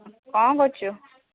କ'ଣ କରୁଛୁ